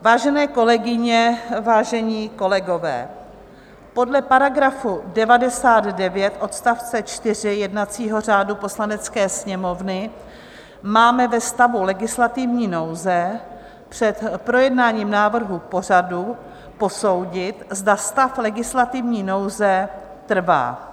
Vážené kolegyně, vážení kolegové, podle § 99 odst. 4 jednacího řádu Poslanecké sněmovny máme ve stavu legislativní nouze před projednáním návrhu pořadu posoudit, zda stav legislativní nouze trvá.